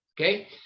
Okay